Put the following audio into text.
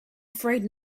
afraid